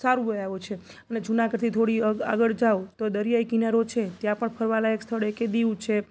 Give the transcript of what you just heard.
સારું ય એવું છે અને જુનાગઢથી થોડી આગળ જાઓ તો દરિયાઈ કિનારો છે ત્યાં પણ ફરવાલાયક સ્થળ એક એ દીવ છે